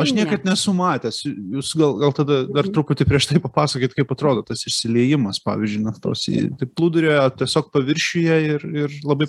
aš niekad nesu matęs jūs gal gal tada dar truputį prieš tai papasakokit kaip atrodo tas išsiliejimas pavyzdžiui naftos į taip plūduriuoja tiesiog paviršiuje ir ir labai